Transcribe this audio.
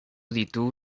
ditu